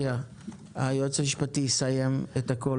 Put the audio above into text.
היועץ המשפטי יסיים את הכול,